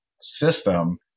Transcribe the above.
system